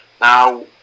Now